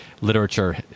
literature